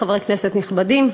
חברי כנסת נכבדים,